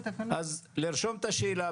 לרשום את השאלה,